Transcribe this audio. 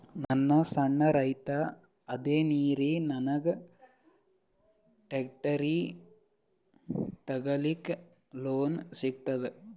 ನಾನ್ ಸಣ್ ರೈತ ಅದೇನೀರಿ ನನಗ ಟ್ಟ್ರ್ಯಾಕ್ಟರಿ ತಗಲಿಕ ಲೋನ್ ಸಿಗತದ?